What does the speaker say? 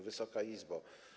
Wysoka Izbo!